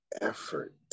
effort